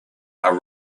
are